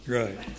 right